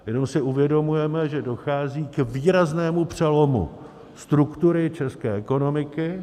Jenom si uvědomujeme, že dochází k výraznému přelomu struktury české ekonomiky.